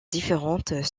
différentes